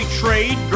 trade